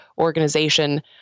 organization